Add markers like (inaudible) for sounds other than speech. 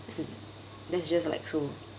(noise) that's just like so